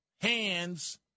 hands